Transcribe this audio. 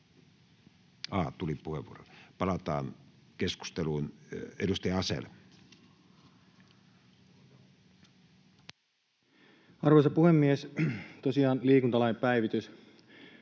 käsittelyssä. — Keskusteluun, edustaja Asell. Arvoisa puhemies! Tosiaan liikuntalain päivitys